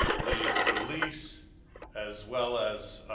the reliefs as well as